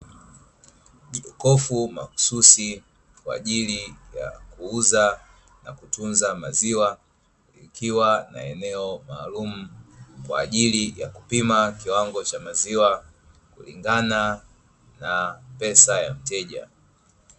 Jokofu mahususi kwa ajili ya kuuza na kutunza maziwa, likiwa na eneo maalumu kwa ajili ya kupima kiwango cha maziwa, kulingana na pesa ya mteja.